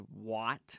watt